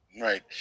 Right